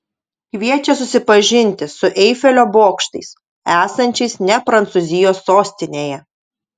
kviečia susipažinti su eifelio bokštais esančiais ne prancūzijos sostinėje